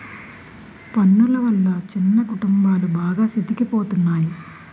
పన్నులు వల్ల చిన్న కుటుంబాలు బాగా సితికిపోతున్నాయి